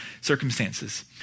circumstances